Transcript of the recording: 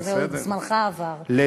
זמנך עבר, זהו.